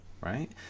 right